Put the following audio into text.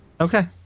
Okay